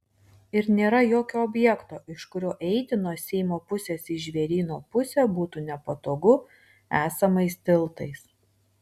ir nėra jokio objekto iš kurio eiti nuo seimo pusės į žvėryno pusę būtų nepatogu esamais tiltais